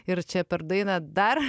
ir čia per dainą dar